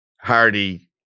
Hardy